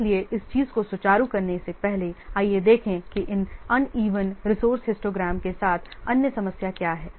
इसलिए इस चीज़ को सुचारू करने से पहले आइए देखें कि इस अनइवन रिसोर्स हिस्टोग्राम के साथ अन्य समस्या क्या है